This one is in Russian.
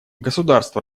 государства